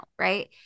right